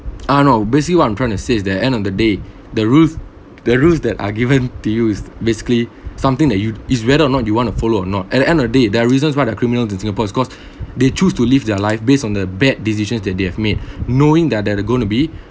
ah no basically what I'm trying to say is the end of the day the rule~ the rules that are given to you is basically something that you is whether or not you want to follow or not at the end of the day there are reasons why they're criminals in singapore is because they choose to live their life based on the bad decisions that they have made knowing they're they're going to be